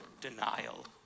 denial